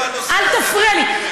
אל תפריע לי.